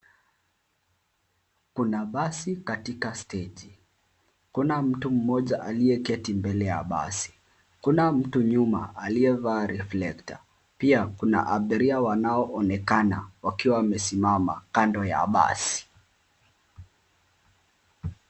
Kuna basi katika stegi, kuna mtu mmoja aliyeketi mbele ya basi kuna mtu nyumba aliyevaa reflekta pi kuna abiria waaoonekana wakiwa wamesimama kando ya basi.